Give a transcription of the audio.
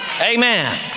Amen